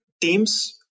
teams